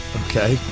okay